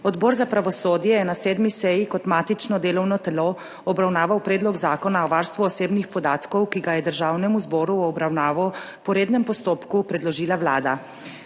Odbor za pravosodje je na 7. seji kot matično delovno telo obravnaval Predlog zakona o varstvu osebnih podatkov, ki ga je Državnemu zboru v obravnavo po rednem postopku predložila Vlada.